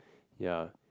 ya